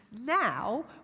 now